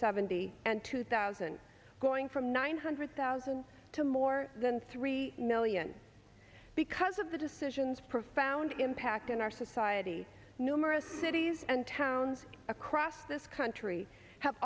seventy and two thousand going from nine hundred thousand to more than three million because of the decisions profound impact in our society numerous cities and towns across this country have